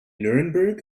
nuremberg